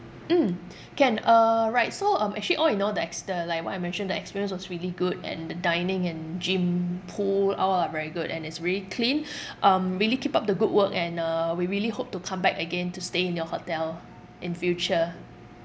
mm can uh right so um actually all in all the ex~ the like what I mentioned the experience was really good and the dining and gym pool all are very good and it's really clean um really keep up the good work and uh we really hope to come back again to stay in your hotel in future